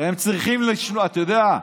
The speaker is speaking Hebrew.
אתה יודע,